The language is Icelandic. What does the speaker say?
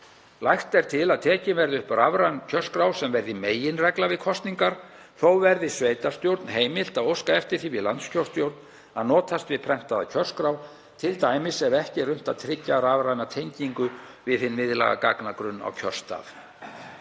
Lagt er til að tekin verði upp rafræn kjörskrá sem verði meginregla við kosningar. Þó verði sveitarstjórn heimilt að óska eftir því við landskjörstjórn að notast við prentaða kjörskrá, t.d. ef ekki er unnt að tryggja rafræna tengingu við hinn miðlæga gagnagrunn á kjörstað.